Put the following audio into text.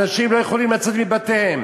אנשים לא יכולים לצאת מבתיהם.